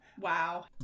Wow